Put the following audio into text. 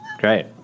Great